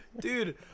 Dude